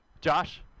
Josh